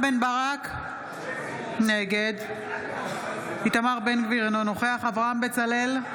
ברק, נגד איתמר בן גביר, אינו נוכח אברהם בצלאל,